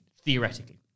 theoretically